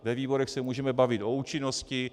Ve výborech se můžeme bavit o účinnosti.